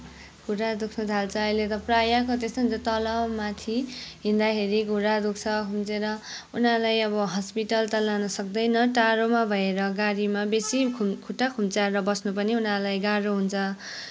घुँडा दुख्न थाल्छ अहिले त प्रायःको त्यस्तै हुन्छ तल माथि हिँड्दाखेरि घुँडा दुख्छ खुम्चेर उनीहरूलाई अब हस्पिटल त लान सक्दैन टाढोमा भएर गाडीमा बेसी खु खुट्टा खुम्च्याएर बस्न पनि उनीहरूलाई गाह्रो हुन्छ